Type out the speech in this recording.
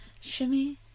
Shimmy